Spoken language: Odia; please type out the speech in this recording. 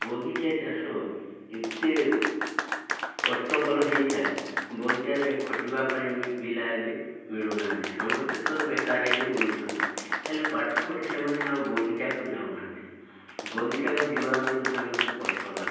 ବଗିଚା ଚାଷ ଏତେ କଷ୍ଟକର ହେଇଥାଏ ବଗିଚାରେ ଖଟିବା ପାଇଁ ବି ପିଲା ଏବେ ମିଳୁନାହାନ୍ତି ସମସ୍ତେ ତ ବେକାର ହୋଇକି ବୁଲୁଛନ୍ତି ହେଲେ ପାଠ ପଢ଼ି ସେମାନେ ଆଉ ବଗିଚାକୁ ଯାଉନାହାନ୍ତି ବଗିଚାକୁ ଯିବାବେଳକୁ ସେମାନଙ୍କୁ କଷ୍ଟ ଲାଗୁ